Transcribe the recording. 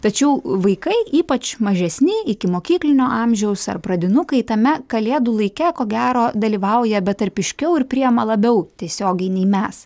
tačiau vaikai ypač mažesni ikimokyklinio amžiaus ar pradinukai tame kalėdų laike ko gero dalyvauja betarpiškiau ir priima labiau tiesiogiai nei mes